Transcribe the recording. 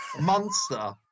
Monster